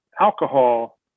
alcohol